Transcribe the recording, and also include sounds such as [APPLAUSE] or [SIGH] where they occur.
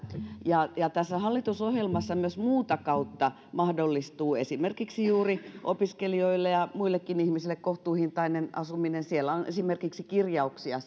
tässä hallitusohjelmassa myös muuta kautta mahdollistuu esimerkiksi juuri opiskelijoille ja muillekin ihmisille kohtuuhintainen asuminen siellä on esimerkiksi kirjauksia [UNINTELLIGIBLE]